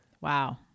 Wow